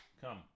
come